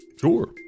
Sure